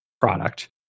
product